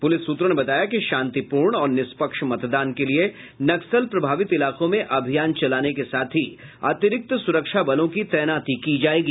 police सूत्रों ने बताया कि शांतिपूर्ण और निष्पक्ष मतदान के लिये नक्सल प्रभावित इलाकों में अभियान चलाने के साथ ही अतिरिक्त सुरक्षा बलों की तैनाती की जायेगी